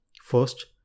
First